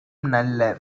நல்ல